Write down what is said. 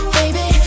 baby